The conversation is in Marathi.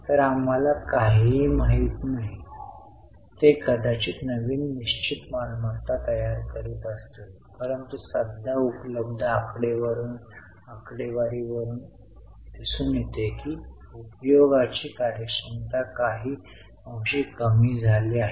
तर आम्हाला काहीही माहित नाही ते कदाचित नवीन निश्चित मालमत्ता तयार करीत असतील परंतु सध्या उपलब्ध आकडेवारी वरून दिसून येते की उपयोगाची कार्यक्षमता काही अंशी कमी झाली आहे